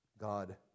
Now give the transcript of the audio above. God